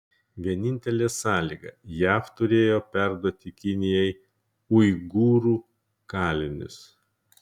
vienintelė sąlyga jav turėjo perduoti kinijai uigūrų kalinius